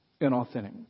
inauthentic